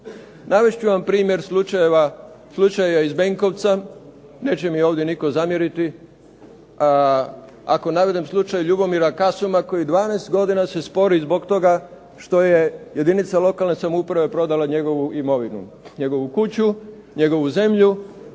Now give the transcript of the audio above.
Navest ću vam primjer slučaja iz Benkovca, neće mi ovdje nitko zamjeriti, ako navedem slučaj Ljubomira Kasuma koji se 12 godina se spori zbog toga što je jedinica lokalne samouprave prodala njegovu imovinu, njegovu kuću, njegovu zemlju